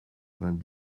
vingt